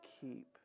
keep